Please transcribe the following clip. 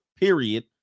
period